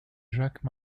jacques